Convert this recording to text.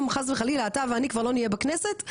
חס וחלילה אתה ואני כבר לא נהיה בכנסת,